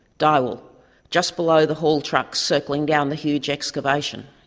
daiwul, just below the haul trucks circling down the huge excavation.